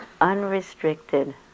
unrestricted